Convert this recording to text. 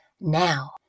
now